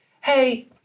hey